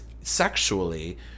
sexually